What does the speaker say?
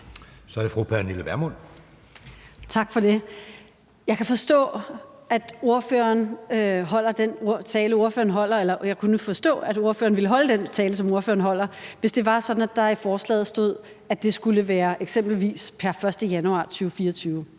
Så er det fru Pernille Vermund. Kl. 13:57 Pernille Vermund (NB): Tak for det. Jeg kunne forstå, at ordføreren ville holde den tale, som han holder, hvis det var sådan, at der i forslaget stod, at det skulle være eksempelvis pr. 1. januar 2024.